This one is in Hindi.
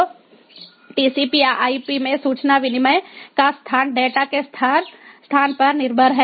तो टीसीपी आईपी में सूचना विनिमय का स्थान डेटा के स्थान पर निर्भर है